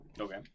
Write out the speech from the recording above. Okay